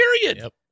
period